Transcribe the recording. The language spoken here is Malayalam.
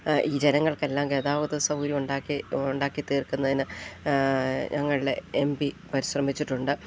ഈ ജനങ്ങൾക്കെല്ലാം ഗതാഗതസൗകര്യം ഉണ്ടാക്കിത്തീർക്കുന്നതിന് ഞങ്ങളുടെ എം പി പരിശ്രമിച്ചിട്ടുണ്ട്